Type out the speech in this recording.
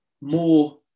more